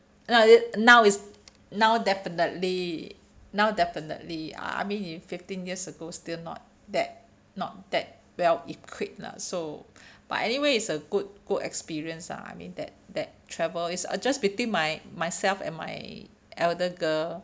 no is now is now definitely now definitely I mean in fifteen years ago still not that not that well equipped lah so but anyway it's a good good experience lah I mean that that travel is uh just between my myself and my elder girl